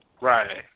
Right